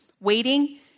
Waiting